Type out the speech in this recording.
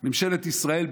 ממשלת ישראל,